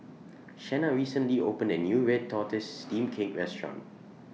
Shena recently opened A New Red Tortoise Steamed Cake Restaurant